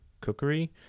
Cookery